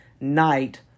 night